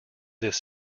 this